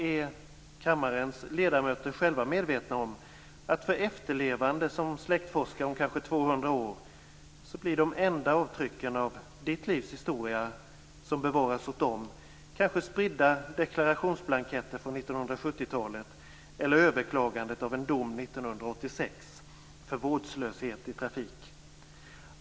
Är kammarens ledamöter själva medvetna om att för efterlevande som släktforskar om kanske 200 år blir de enda avtrycken av ert livs historia, som bevaras åt dem, kanske spridda deklarationsblanketter från för vårdslöshet i trafik?